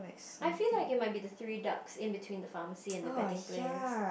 I feel like it might be the three ducks in between the pharmacy and the betting place